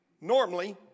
Normally